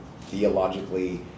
theologically